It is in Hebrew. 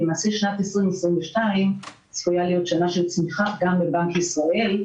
למעשה שנת 2022 צפויה להיות שנה של צמיחה גם בבנק ישראל,